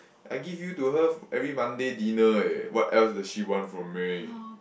I give you to her every Monday dinner eh what else does she want from me